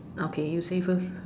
okay you say first